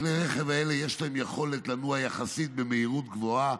לכלי הרכב האלה יש יכולת לנוע במהירות גבוהה